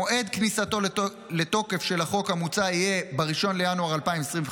מועד כניסתו של החוק המוצע לתוקף יהיה 1 בינואר 2025,